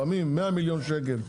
100 מיליון שקל,